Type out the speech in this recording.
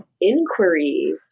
Inquiry